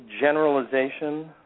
generalization